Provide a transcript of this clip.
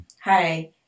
hi